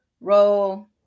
roll